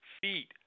Feet